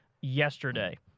yesterday